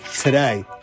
today